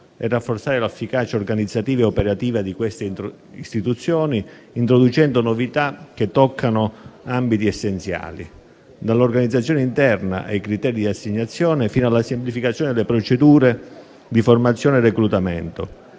è rafforzare l'efficacia organizzativa e operativa di queste istituzioni, introducendo novità che toccano ambiti essenziali: dall'organizzazione interna e i criteri di assegnazione, fino alla semplificazione delle procedure di formazione e reclutamento.